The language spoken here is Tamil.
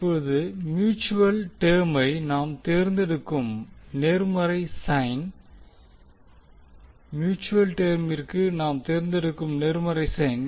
இப்போது மியூட்சுவல் டெர்மை நாம் தேர்ந்தெடுக்கும் நேர்மறை சைன் மியூட்சுவல் டெர்மிற்கு நாம் தேர்ந்தெடுக்கும் நேர்மறை சைன்